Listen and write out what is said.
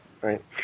right